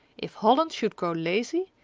if holland should grow lazy,